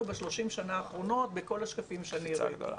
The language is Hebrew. ב-30 השנה האחרונות בכל השקפים שאני הראיתי,